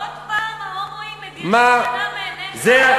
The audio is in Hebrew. עוד פעם ההומואים מדירים שינה מעיניך?